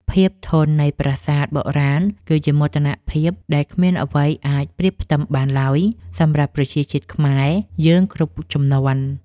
ភាពធន់នៃប្រាសាទបុរាណគឺជាមោទនភាពដែលគ្មានអ្វីអាចប្រៀបផ្ទឹមបានឡើយសម្រាប់ប្រជាជាតិខ្មែរយើងគ្រប់ជំនាន់។